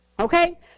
Okay